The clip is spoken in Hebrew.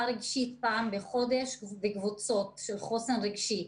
רגשית פעם בחודש בקבוצות של חוסן רגשי.